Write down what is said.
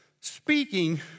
speaking